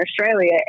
Australia